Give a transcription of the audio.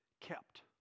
kept